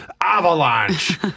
avalanche